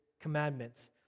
commandments